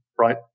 right